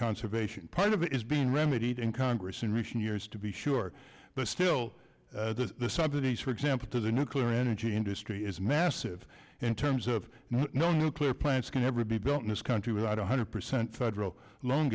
conservation part of it's been remedied in congress in recent years to be sure but still the subsidies for example to the nuclear energy industry is massive in terms of no nuclear plants can ever be built in this country without one hundred percent federal lo